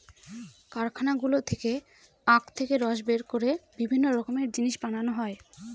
কারখানাগুলো থেকে আখ থেকে রস বের করে বিভিন্ন রকমের জিনিস বানানো হয়